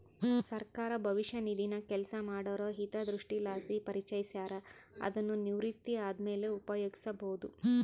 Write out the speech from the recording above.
ಸರ್ಕಾರ ಭವಿಷ್ಯ ನಿಧಿನ ಕೆಲಸ ಮಾಡೋರ ಹಿತದೃಷ್ಟಿಲಾಸಿ ಪರಿಚಯಿಸ್ಯಾರ, ಅದುನ್ನು ನಿವೃತ್ತಿ ಆದ್ಮೇಲೆ ಉಪಯೋಗ್ಸ್ಯಬೋದು